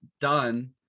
done